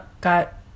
got